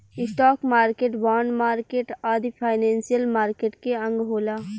stock market, bond market आदि financial market के अंग होला